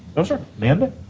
no, sir. amanda?